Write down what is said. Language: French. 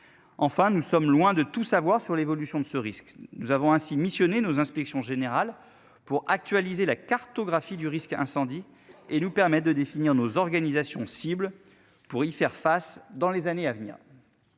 Enfin, nous sommes loin de tout savoir sur l'évolution de ce risque. Nous avons ainsi missionné nos inspections générales pour actualiser la cartographie du risque incendie et nous permet de définir nos organisations cibles pour y faire face dans les années à venir.